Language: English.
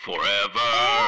Forever